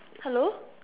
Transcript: hello